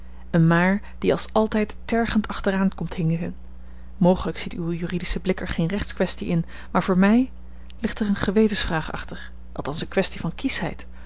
een maar die als altijd tergend achteraan komt hinken mogelijk ziet uw juridische blik er geen rechtskwestie in maar voor mij ligt er eene gewetensvraag achter althans eene kwestie van